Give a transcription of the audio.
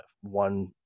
one